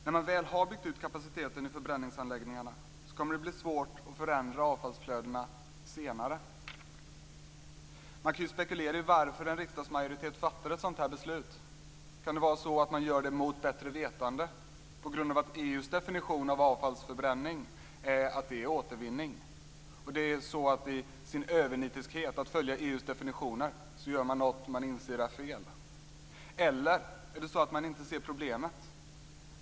När man väl har byggt ut kapaciteten i förbränningsanläggningarna kommer det att bli svårt att förändra avfallsflödena senare. Man kan spekulera i varför en riksdagsmajoritet fattar ett sådant beslut. Kan det vara så att man gör det mot bättre vetande på grund av att EU:s definition av avfallsförbränning är att det är återvinning? I sin övernitiskhet att följa EU:s definitioner gör man något man inser är fel. Eller är det så att man inte ser problemet?